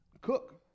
cook